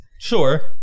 Sure